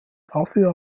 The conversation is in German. dafür